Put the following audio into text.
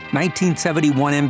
1971